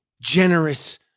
generous